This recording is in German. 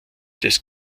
des